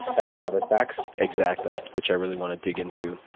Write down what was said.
that's oliver sacks? exactly, which i really want to dig into.